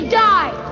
die